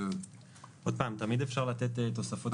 תמיד אפשר לתת תוספות.